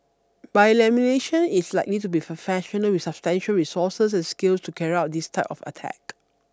by elimination it's likely to be professionals with substantial resources and skills to carry out this type of attack